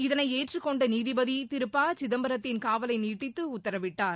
இதை ஏற்றுக்கொண்ட நீதிபதி திரு சிதம்பரத்தின் காவலை நீட்டித்து உத்தரவிட்டார்